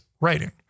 writing